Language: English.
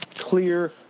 clear